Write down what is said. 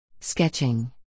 Sketching